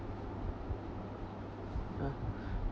ya